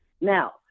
now